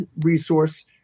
resource